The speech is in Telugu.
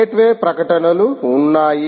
గేట్వే ప్రకటనలు ఉన్నాయి